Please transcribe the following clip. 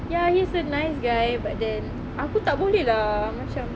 ya he's a nice guy but then aku tak boleh lah macam